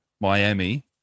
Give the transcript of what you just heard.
Miami